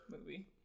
movie